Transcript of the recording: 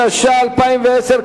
התש"ע 2010,